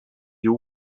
you